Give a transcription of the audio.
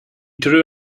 drew